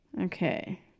Okay